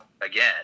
again